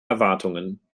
erwartungen